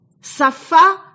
Safa